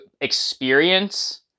experience